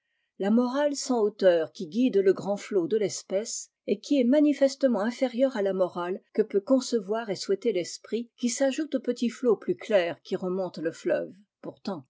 la morale sans hauteur qui guide le grand flot de l'espèce et qui est manifestement î rieure à la morale que peut concevoir et souhaiter l'esprit qui s'ajoute au petit flot plus qui remonte le fleuve pourtant